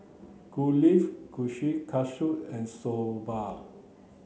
Kulfi Kushikatsu and Soba